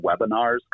webinars